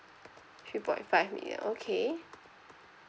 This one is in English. three point five million okay